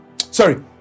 Sorry